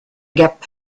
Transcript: gap